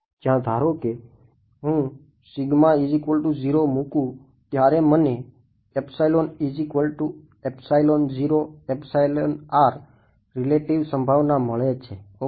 જ્યાં ધારો કે હું મુકું ત્યારે મને રીલેટીવ સંભાવના મળે છે ઓકે